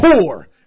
poor